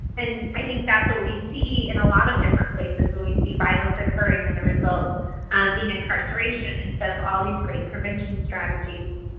and i think that's what we see in a lot of places where we see violence occurring and the result being incarceration instead of all these great prevention strategies.